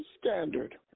standard